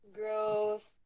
growth